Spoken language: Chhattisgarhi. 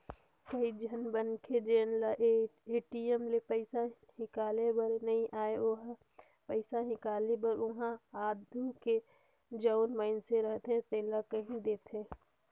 कइझन मनखे जेन ल ए.टी.एम ले पइसा हिंकाले बर नी आय ओ ह पइसा हिंकाले बर उहां आघु ले जउन मइनसे रहथे तेला कहि देथे